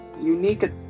unique